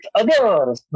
others